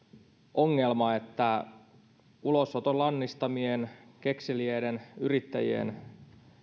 ongelma että ulosoton lannistamien kekseliäiden yrittäjien